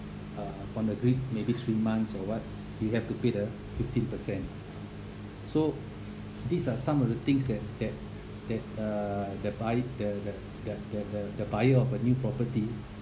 uh from the maybe three months or what you have to pay the fifteen percent so these are some of the things that that that uh the buy~ the the the the the buyer of a new property